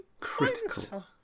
critical